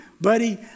buddy